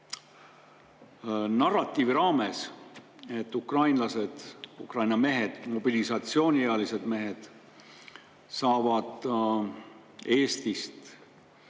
narratiivi raames. Seda, kas ukrainlased, Ukraina mehed, mobilisatsiooniealised mehed saavad Eestist